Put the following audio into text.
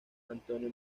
antonio